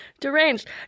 deranged